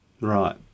Right